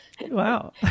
Wow